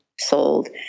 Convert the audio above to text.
sold